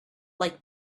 like